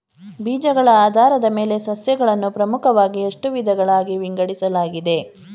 ಬೀಜಗಳ ಆಧಾರದ ಮೇಲೆ ಸಸ್ಯಗಳನ್ನು ಪ್ರಮುಖವಾಗಿ ಎಷ್ಟು ವಿಧಗಳಾಗಿ ವಿಂಗಡಿಸಲಾಗಿದೆ?